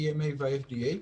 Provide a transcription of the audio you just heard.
ה-EMA וה-FDA,